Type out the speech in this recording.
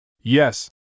Yes